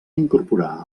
incorporar